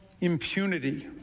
impunity